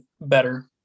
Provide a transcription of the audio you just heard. better